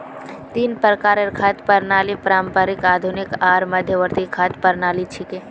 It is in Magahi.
तीन प्रकारेर खाद्य प्रणालि पारंपरिक, आधुनिक आर मध्यवर्ती खाद्य प्रणालि छिके